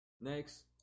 next